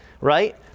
right